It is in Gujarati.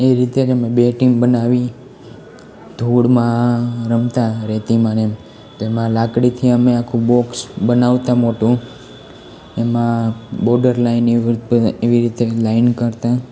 એ રીતે જ અમે બે ટીમ બનાવી ધૂળમાં રમતા રેતીમાંને તેમાં લાકડીથી અમે આખું બોક્સ બનાવતા મોટું એમાં બોડર લાઈન એવી રીતે લાઈન કરતાં